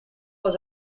was